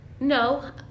No